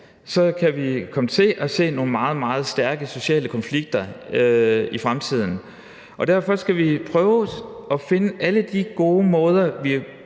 os, kan vi komme til at se nogle meget, meget stærke sociale konflikter i fremtiden. Derfor skal vi prøve at finde alle de gode måder,